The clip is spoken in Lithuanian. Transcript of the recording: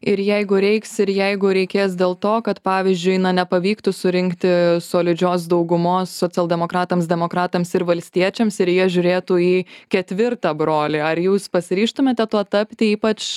ir jeigu reiks ir jeigu reikės dėl to kad pavyzdžiui na nepavyktų surinkti solidžios daugumos socialdemokratams demokratams ir valstiečiams ir jie žiūrėtų į ketvirtą brolį ar jūs pasiryžtumėte tuo tapti ypač